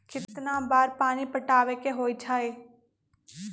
कितना बार पानी पटावे के होई छाई?